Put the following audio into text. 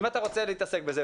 אם אתה רוצה להתעסק בזה,